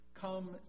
Come